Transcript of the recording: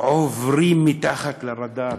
עוברים מתחת לרדאר?